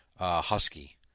husky